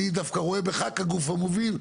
אני דווקא רואה בך כגוף המוביל,